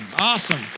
Awesome